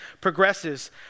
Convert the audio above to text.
progresses